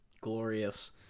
Glorious